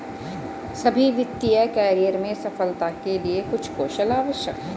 सभी वित्तीय करियर में सफलता के लिए कुछ कौशल आवश्यक हैं